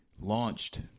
launched